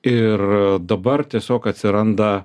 ir dabar tiesiog atsiranda